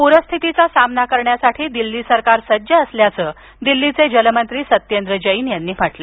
पूरस्थितीचा सामना करण्यासाठी दिल्ली सरकार सज्ज असल्याचं दिल्लीचे जलमंत्री सत्येंद्र जैन यांनी सांगितलं